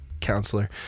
counselor